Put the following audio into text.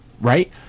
right